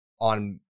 on